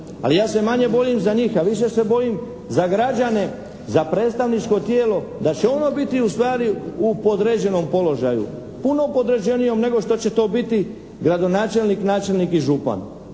Ali ja se manje bojim za njih, a više se bojim za građane, za predstavničko tijelo da će ono biti ustvari u podređenom položaju. Puno podređenijem nego što će to biti gradonačelnik, načelnik i župan.